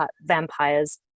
vampires